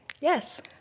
Yes